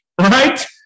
Right